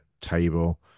table